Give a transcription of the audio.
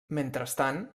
mentrestant